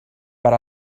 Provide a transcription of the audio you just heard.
per